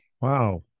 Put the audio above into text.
Wow